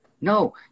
No